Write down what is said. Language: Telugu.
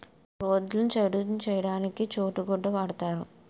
రోడ్డును చదును చేయడానికి చోటు గొడ్డ వాడుతారు